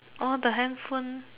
or the handphone